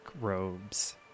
robes